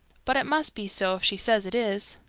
but it must be so if she says it is.